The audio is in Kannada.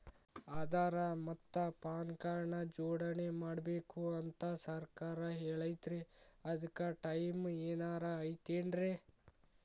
ಆಧಾರ ಮತ್ತ ಪಾನ್ ಕಾರ್ಡ್ ನ ಜೋಡಣೆ ಮಾಡ್ಬೇಕು ಅಂತಾ ಸರ್ಕಾರ ಹೇಳೈತ್ರಿ ಅದ್ಕ ಟೈಮ್ ಏನಾರ ಐತೇನ್ರೇ?